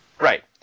Right